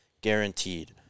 guaranteed